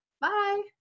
bye